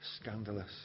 scandalous